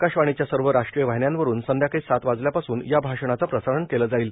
आकाशवाणीच्या सर्व राष्ट्रीय वाहिन्यांवरुन संध्याकाळी सात वाजल्यापासून या भाषणाचं प्रसारण केलं जाईल